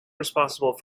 responsible